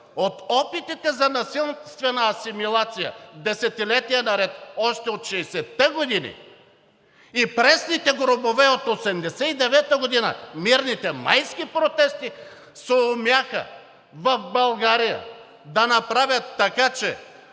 от опитите за насилствена асимилация десетилетия наред още от 60-те години, и пресните гробове от 89-а година – мирните майски протести, съумяха в България да направят така, че